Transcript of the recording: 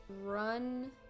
run